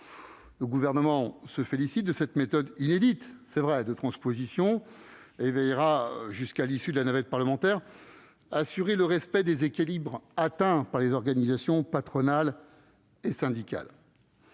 Le Gouvernement se félicite de cette méthode de transposition- inédite, il est vrai -et veillera jusqu'à l'issue de la navette parlementaire à assurer le respect des équilibres obtenus par les organisations patronales et syndicales.